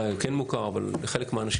אולי הוא כן מוכר לחלק מהאנשים.